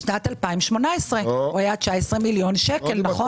בשנת 2018 הוא היה 19 מיליון שקלים.